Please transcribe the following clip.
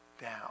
down